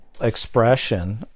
expression